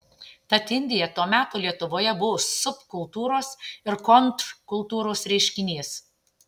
tad indija to meto lietuvoje buvo subkultūros ir kontrkultūros reiškinys